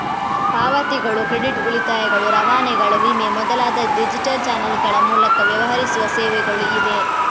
ಪಾವತಿಗಳು, ಕ್ರೆಡಿಟ್, ಉಳಿತಾಯಗಳು, ರವಾನೆಗಳು, ವಿಮೆ ಮೊದಲಾದ ಡಿಜಿಟಲ್ ಚಾನಲ್ಗಳ ಮೂಲಕ ವ್ಯವಹರಿಸುವ ಸೇವೆಗಳು ಇವೆ